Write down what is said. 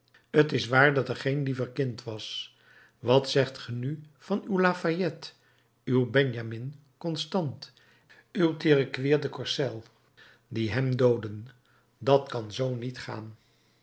t is waar dat er geen liever kind was wat zegt ge nu van uw lafayette uw benjamin constant uw tirecuir de corcelles die hem doodden dat kan zoo niet gaan